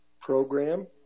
program